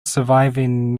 surviving